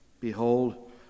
Behold